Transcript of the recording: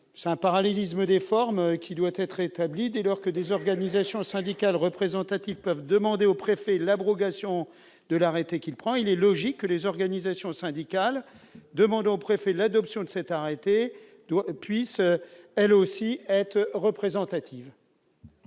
Le parallélisme des formes doit être rétabli. Dès lors que des organisations syndicales représentatives peuvent demander au préfet l'abrogation de l'arrêté, il est logique de prévoir que les organisations syndicales demandant au préfet l'adoption de cet arrêté soient, elles aussi, représentatives.